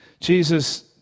Jesus